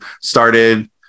started